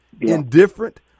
indifferent